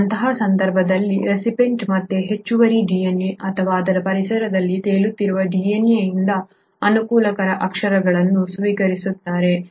ಈಗ ಅಂತಹ ಸಂದರ್ಭದಲ್ಲಿ ರಿಸಿಪಿಎಂಟ್ ಮತ್ತೆ ಹೆಚ್ಚುವರಿ DNA ಅಥವಾ ಅದರ ಪರಿಸರದಲ್ಲಿ ತೇಲುತ್ತಿರುವ DNA ಯಿಂದ ಅನುಕೂಲಕರ ಅಕ್ಷರಗಳನ್ನು ಸ್ವೀಕರಿಸುತ್ತಾರೆ